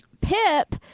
Pip